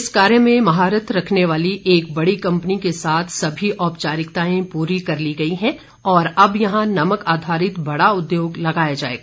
इस कार्य में महारत रखने वाली एक बड़ी कंपनी के साथ सभी औपचारिकताएं पूरी कर ली गई हैं और अब यहां नमक आधारित बड़ा उद्योग लगाया जाएगा